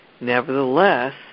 Nevertheless